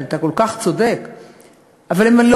אתה כל כך צודק,